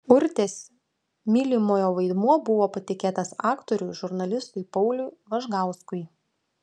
urtės mylimojo vaidmuo buvo patikėtas aktoriui žurnalistui pauliui važgauskui